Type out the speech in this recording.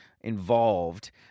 involved